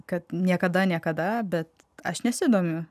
kad niekada niekada bet aš nesidomiu